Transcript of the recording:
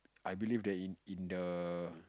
I believe that in in the